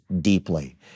deeply